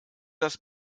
das